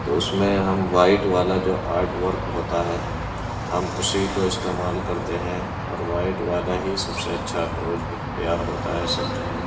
تو اس میں ہم وائٹ والا جو آرٹ ورک ہوتا ہے ہم اسی کو استعمال کرتے ہیں اور وائٹ والا ہی سب سے اچھا اپروچ اختیار ہوتا ہے